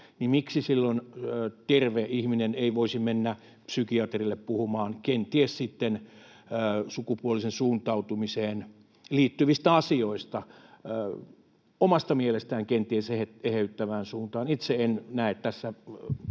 niin miksi silloin terve ihminen ei voisi mennä psykiatrille puhumaan kenties sukupuoliseen suuntautumiseen liittyvistä asioista, omasta mielestään kenties eheyttävään suuntaan. Itse en näe tässä...